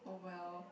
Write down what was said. !oh well!